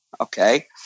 okay